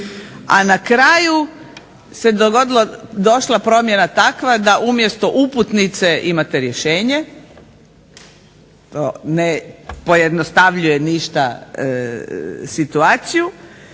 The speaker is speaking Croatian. a na kraju je došla promjena takva da umjesto uputnice imate rješenje, to ne pojednostavljuje ništa situaciju,